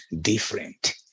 different